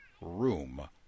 room